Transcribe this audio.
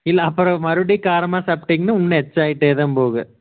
இல்லை அப்புறம் மறுபடியும் காரமாக சாப்பிட்டீங்கன்னா இன்னும் எக்ஸ்ட்டா ஆகிட்டே தான் போகும்